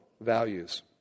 values